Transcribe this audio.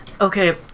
okay